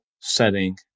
setting